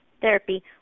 therapy